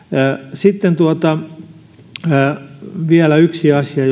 sitten tässä esityksessä on vielä yksi asia